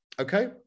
Okay